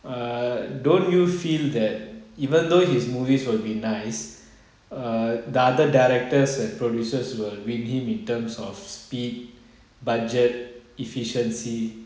err don't you feel that even though his movies will be nice err the other directors and producers will win him in terms of speed budget efficiency